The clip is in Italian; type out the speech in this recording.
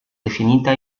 definita